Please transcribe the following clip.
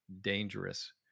dangerous